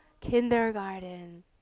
kindergarten